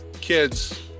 kids